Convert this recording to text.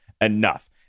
enough